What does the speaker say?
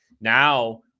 now